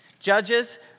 Judges